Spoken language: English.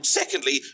secondly